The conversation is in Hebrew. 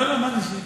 לא, לא.